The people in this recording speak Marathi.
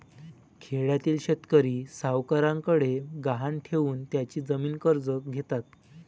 खेड्यातील शेतकरी सावकारांकडे गहाण ठेवून त्यांची जमीन कर्ज घेतात